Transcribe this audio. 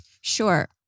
Sure